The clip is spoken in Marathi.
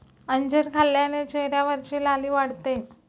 अंजीर खाल्ल्याने चेहऱ्यावरची लाली वाढते